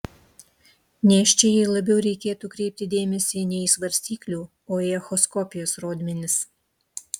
nėščiajai labiau reikėtų kreipti dėmesį ne į svarstyklių o į echoskopijos rodmenis